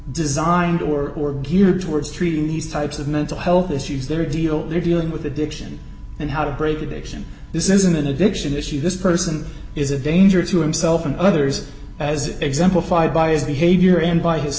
designed or were geared towards treating these types of mental health issues that are deal they're dealing with addiction and how to break the addiction this isn't an addiction issue this person is a danger to himself and others as exemplified by his behavior and by his